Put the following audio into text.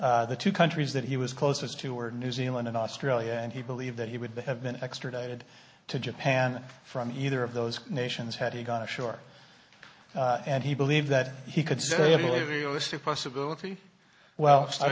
zealand the two countries that he was closest to were new zealand and australia and he believed that he would have been extradited to japan from either of those nations had he gone ashore and he believed that he could see a realistic possibility well